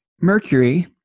Mercury